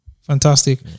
Fantastic